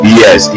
yes